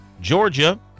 Georgia